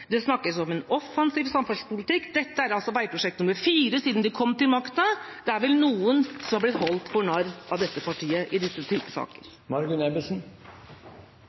det snakkes om en offensiv samferdselspolitikk. Dette er altså veiprosjekt nr. 4 siden de kom til makta. Det er vel noen som har blitt holdt for narr av dette partiet i denne typen saker.